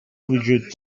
وجود